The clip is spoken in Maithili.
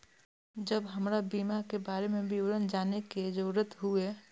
जब हमरा बीमा के बारे में विवरण जाने के जरूरत हुए?